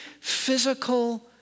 physical